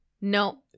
No